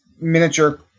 miniature